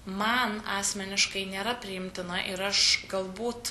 man asmeniškai nėra priimtina ir aš galbūt